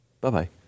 Bye-bye